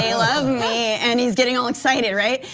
ah love me and he's getting all excited, right?